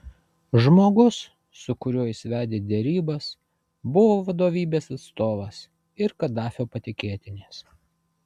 žmogus su kuriuo jis vedė derybas buvo vadovybės atstovas ir kadafio patikėtinis